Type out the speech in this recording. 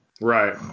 Right